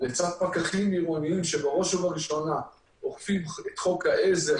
לצד פקחים עירוניים שבראש ובראשונה אוכפים את חוק העזר